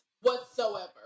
whatsoever